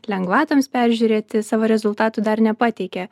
lengvatoms peržiūrėti savo rezultatų dar nepateikė